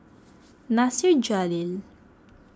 Nasir Jalil